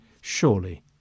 surely